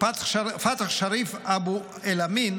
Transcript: פתח שריף אבו אל-אמין,